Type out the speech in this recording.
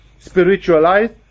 spiritualized